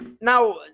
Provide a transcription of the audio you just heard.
Now